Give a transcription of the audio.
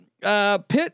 Pitt